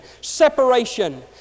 separation